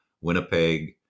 winnipeg